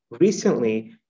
Recently